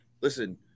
Listen